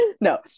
No